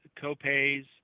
co-pays